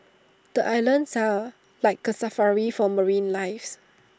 the islands are like A Safari for marine lives